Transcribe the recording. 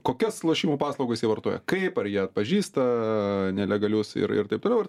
kokias lošimų paslaugas jie vartoja kaip ar jie atpažįsta nelegalius ir ir taip toliau ir